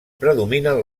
predominen